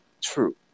true